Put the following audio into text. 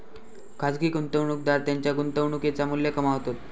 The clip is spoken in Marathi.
खाजगी गुंतवणूकदार त्येंच्या गुंतवणुकेचा मू्ल्य कमावतत